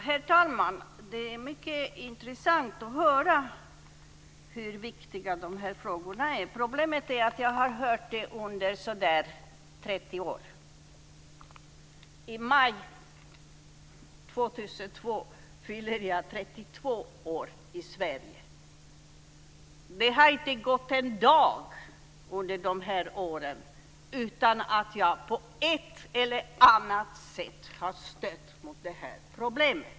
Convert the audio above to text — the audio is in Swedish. Herr talman! Det är mycket intressant att höra hur viktiga de här frågorna är. Problemet är att jag har hört det under så där 30 år. I maj 2002 fyller jag 32 år i Sverige. Det har inte gått en dag under dessa år utan att jag på ett eller annat sätt har stött på det här problemet.